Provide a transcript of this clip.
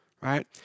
Right